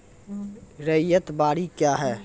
रैयत बाड़ी क्या हैं?